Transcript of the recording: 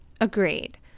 agreed